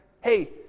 Hey